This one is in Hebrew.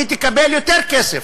היא תקבל יותר כסף.